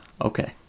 Okay